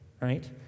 right